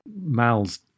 Mal's